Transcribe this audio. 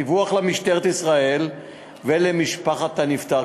דיווח למשטרת ישראל ולמשפחת הנפטר.